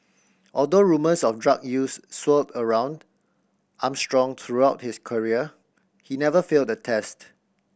although rumours of drug use swirled around Armstrong throughout his career he never failed a test